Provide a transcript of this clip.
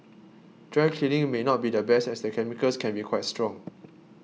dry cleaning may not be the best as the chemicals can be quite strong